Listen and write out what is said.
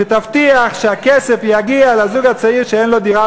שיבטיחו שהכסף יגיע לזוג צעיר שאין לו דירה,